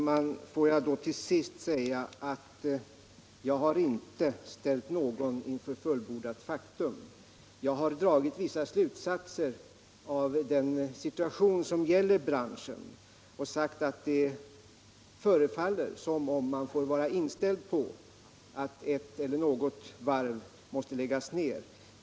Herr talman! Jag vill till sist säga att jag inte har ställt någon inför fullbordat faktum. Jag har dragit vissa slutsatser av den situation som gäller för branschen och sagt att det förefaller som om man får vara inställd på att något eller några varv måste läggas ned.